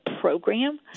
program